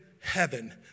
heaven